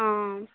ఆ